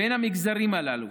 בין המגזרים הללו,